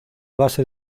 base